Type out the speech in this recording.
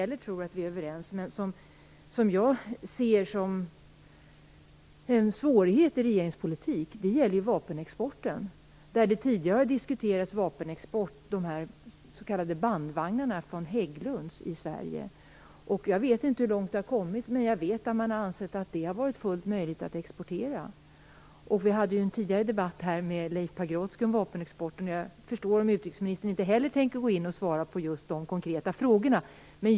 Där tror jag inte heller att vi är överens, och jag ser svårigheter i regeringens politik. Tidigare diskuterades export av bandvagnar från Hägglunds i Sverige. Jag vet inte hur långt man har kommit, men jag vet att man ansett det fullt möjligt att exportera sådana. Vi hade tidigare en debatt med Leif Pagrotsky om vapenexporten, så jag förstår om utrikesministern inte heller vill svara på just dessa konkreta frågor.